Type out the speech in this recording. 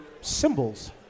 symbols